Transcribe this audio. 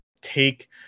take